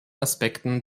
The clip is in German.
aspekten